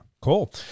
Cool